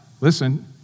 listen